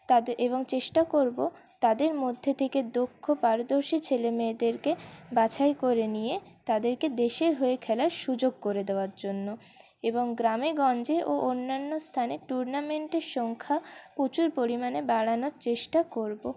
এবং চেষ্টা করব তাদের মধ্যে থেকে দক্ষ পারদর্শী ছেলে মেয়েদেরকে বাছাই করে নিয়ে তাদেরকে দেশের হয়ে খেলার সুযোগ করে দেওয়ার জন্য এবং গ্রামে গঞ্জে এবং অন্যান্য স্থানে টুর্নামেন্টের সংখ্যা প্রচুর পরিমাণে বাড়ানোর চেষ্টা করব